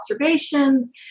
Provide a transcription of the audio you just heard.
observations